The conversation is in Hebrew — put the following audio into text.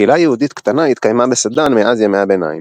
קהילה יהודית קטנה התקיימה בסדאן מאז ימי הביניים.